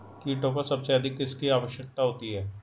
कीटों को सबसे अधिक किसकी आवश्यकता होती है?